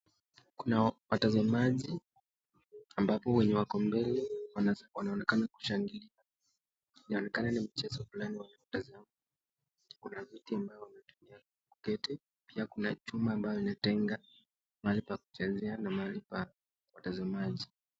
Kuna watazamaji ambapo wako mbele wanaonekana kushangilia. Inaonekana ni mchezo fulani wanaotazama. Kuna viti ambao wanaotumia kuketi pia kuna chuma ambayo inatenga mahali pa kuchezea na mahali pa utazamaji.